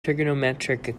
trigonometric